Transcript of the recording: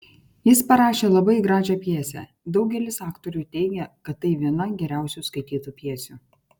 jis parašė labai gražią pjesę daugelis aktorių teigia kad tai viena geriausių skaitytų pjesių